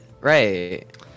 right